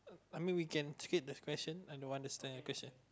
I mean we can skip the question I don't understand the question